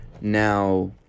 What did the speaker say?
Now